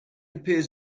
appears